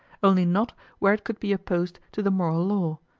only not where it could be opposed to the moral law,